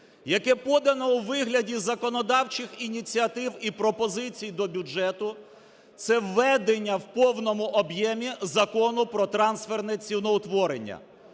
яке подано у вигляді законодавчих ініціатив і пропозицій до бюджету, – це введення в повному об'ємі Закону про трансфертне ціноутворення,